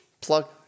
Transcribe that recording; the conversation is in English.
plug